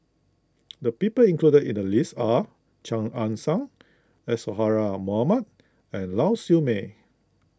the people included in the list are Chia Ann Siang Isadhora Mohamed and Lau Siew Mei